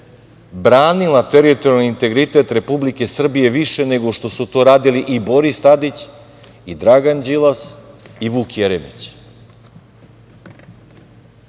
branila teritorijalni integritet Republike Srbije više nego što su to radili i Boris Tadić i Dragan Đilas i Vuk Jeremić.